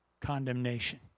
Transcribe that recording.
condemnation